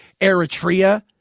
Eritrea